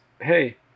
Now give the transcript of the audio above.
hey